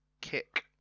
kick